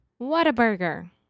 Whataburger